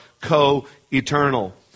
co-eternal